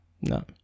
No